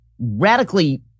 radically